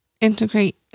integrate